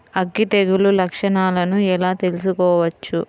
అగ్గి తెగులు లక్షణాలను ఎలా తెలుసుకోవచ్చు?